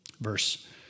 Verse